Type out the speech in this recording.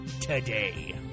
today